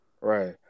Right